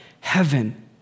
heaven